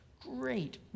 great